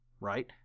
right